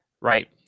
Right